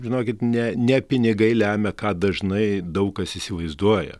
žinokit ne ne pinigai lemia ką dažnai daug kas įsivaizduoja